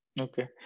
okay